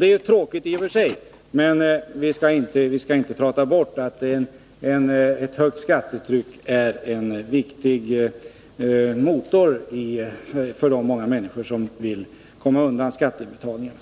Det är tråkigt i och för sig, men vi skall inte prata bort att ett högt skattetryck är en viktig motor för de många människor som vill komma undan skatteinbetalningarna.